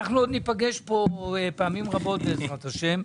אנחנו עוד ניפגש פה פעמים רבות בעזרת השם.